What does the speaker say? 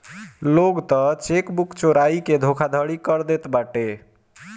लोग तअ चेकबुक चोराई के धोखाधड़ी कर देत बाटे